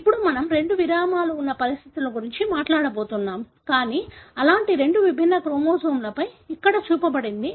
ఇప్పుడు మనము రెండు విరామాలు ఉన్న పరిస్థితుల గురించి మాట్లాడబోతున్నాము కానీ అలాంటి రెండు విభిన్న క్రోమోజోమ్లపై ఇక్కడ చూపబడింది